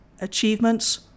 achievements